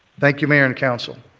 thank you, mayor and council.